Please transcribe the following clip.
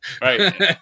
Right